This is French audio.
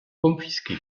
confisqués